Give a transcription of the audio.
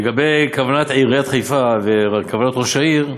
לגבי כוונת עיריית חיפה וכוונות ראש העיר,